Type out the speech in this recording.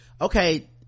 okay